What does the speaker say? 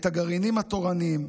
את הגרעינים התורניים,